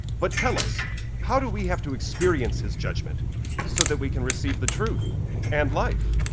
but tell us how do we have to experience his judgment so that we can receive the truth and life,